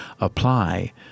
apply